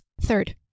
third